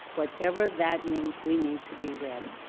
whatever that means we need to be ready.